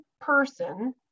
person